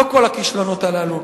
לא כל הכישלונות הללו.